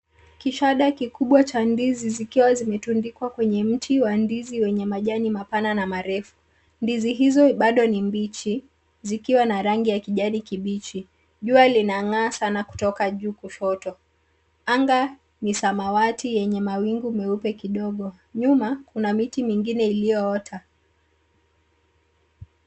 Kishada kikubwa cha ndizi zikiwa zimetundikwa kwenye mti wa ndizi wenye majani mapana na marefu. Ndizi hizo bado ni mbichi zikiwa na rangi ya kijani kibichi. Jua linang'aa sana kutoka juu kushoto. Anga ni samawati yenye mawingu meupe kidogo. Nyuma kuna miti mingine iliyoota.